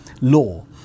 law